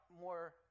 more